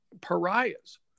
pariahs